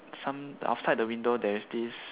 some outside the window there is this